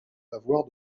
lavoir